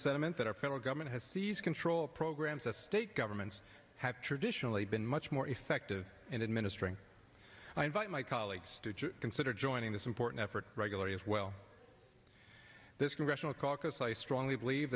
sentiment that our federal government has seized control programs that state governments have traditionally been much more effective in administering i invite my colleagues to consider joining this important effort regularly as well this congressional caucus i strongly believe